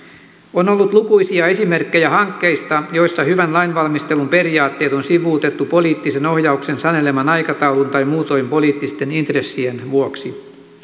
on ollut lukuisia esimerkkejä hankkeista joissa hyvän lainvalmistelun periaatteet on sivuutettu poliittisen ohjauksen saneleman aikataulun tai muutoin poliittisten intressien vuoksi